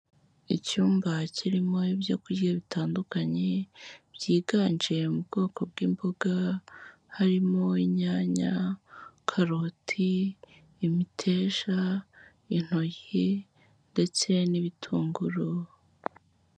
Icyumba kirimo ibyo kurya bitandukanye byiganje mu bwoko bw'imboga harimo inyanya, karoti, imiteja, intoryi ndetse n'ibitunguru.